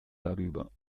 darüber